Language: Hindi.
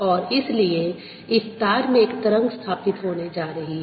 और इसलिए इस तार में एक तरंग स्थापित होने जा रही है